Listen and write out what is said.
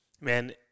Man